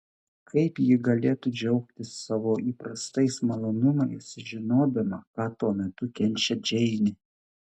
kaip ji galėtų džiaugtis savo įprastais malonumais žinodama ką tuo metu kenčia džeinė